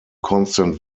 constant